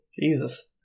Jesus